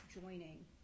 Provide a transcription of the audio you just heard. joining